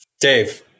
Dave